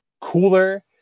cooler